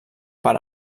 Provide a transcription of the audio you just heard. per